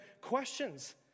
questions